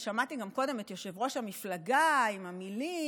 ושמעתי גם קודם את יושב-ראש המפלגה עם המילים,